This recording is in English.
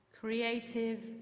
Creative